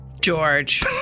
George